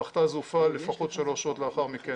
המכת"ז הופעל לפחות שלוש שעות לאחר מכן.